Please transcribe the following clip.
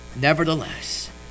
Nevertheless